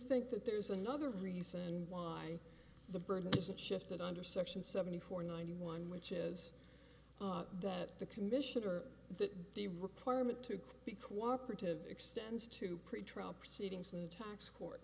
think that there's another reason why the burden isn't shifted under section seventy four ninety one which is that the commissioner that the requirement to be co operative extends to pretrial proceedings in the tax court